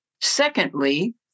Secondly